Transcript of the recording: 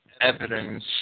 evidence